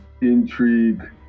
intrigue